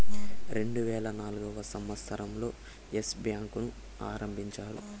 రెండువేల నాల్గవ సంవచ్చరం లో ఎస్ బ్యాంకు ను ఆరంభించారు